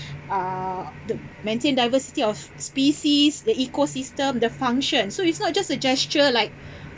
uh to maintain diversity of species the ecosystem the function so it's not just a gesture like